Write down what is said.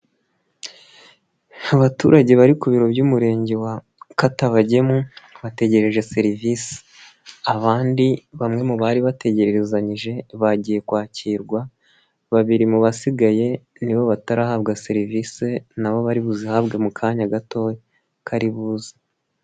Abaturage bari ku biro by'umurenge wa Katabagemu bategereje serivisi, abandi bamwe mu bari bategerezanyije bagiye kwakirwa, babiri mu basigaye nibo batarahabwa serivise nabo bari buzihabwe mu kanya gatoya kari buze.